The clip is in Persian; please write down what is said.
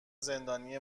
زندانی